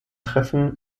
treffen